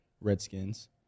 Redskins